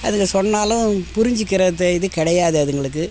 அதுக சொன்னாலும் புரிஞ்சுக்கிற அந்த இது கிடையாது அதுங்களுக்கு